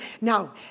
Now